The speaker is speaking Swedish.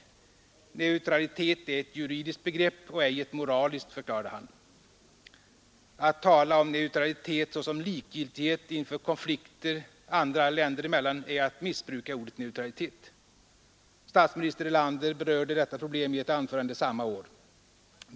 ”Neutralitet är ett juridiskt begrepp och ej ett moraliskt”, förklarade han. ”Att tala om neutralitet såsom likgiltighet inför konflikter andra länder emellan är att missbruka ordet neutralitet.” Statsminister Erlander berörde detta problem i ett anförande samma år.